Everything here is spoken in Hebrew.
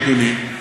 אדוני,